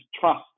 trust